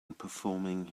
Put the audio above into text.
performing